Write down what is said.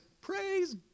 praise